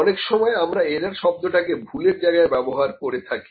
অনেক সময় আমরা এরর শব্দটাকে ভুলের জায়গায় ব্যবহার করে থাকি